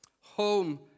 home